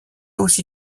aussi